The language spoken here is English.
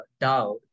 DAO